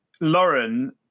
Lauren